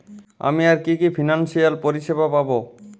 আমি আর কি কি ফিনান্সসিয়াল পরিষেবা পাব?